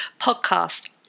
podcast